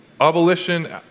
Abolition